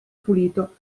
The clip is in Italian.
pulito